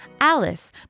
Alice